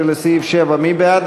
13 לסעיף 7 מי בעד